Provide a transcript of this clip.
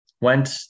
went